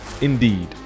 Indeed